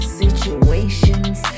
situations